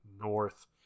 North